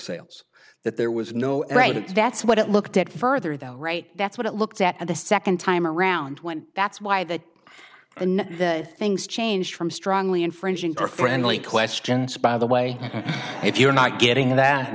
sales that there was no a right that's what it looked at further though right that's what it looked at the second time around when that's why the and the things change from strongly infringing or friendly questions by the way if you're not